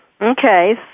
Okay